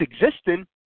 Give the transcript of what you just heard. existing